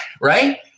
Right